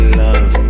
love